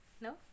no